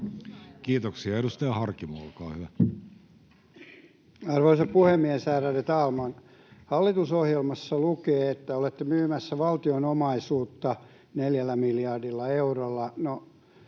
Kiitoksia. — Edustaja Harkimo, olkaa hyvä. Arvoisa puhemies, ärade talman! Hallitusohjelmassa lukee, että olette myymässä valtion omaisuutta neljällä miljardilla eurolla.